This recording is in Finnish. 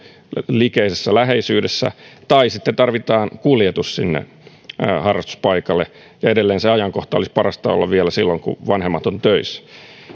likeisessä läheisyydessä tai sitten tarvitaan kuljetus harrastuspaikalle edelleen sen ajankohdan olisi parasta olla vielä silloin kun vanhemmat ovat töissä